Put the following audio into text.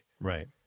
Right